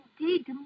indeed